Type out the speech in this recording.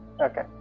Okay